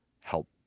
help